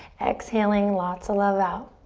exhaling lots of love out.